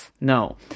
no